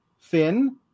finn